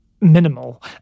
minimal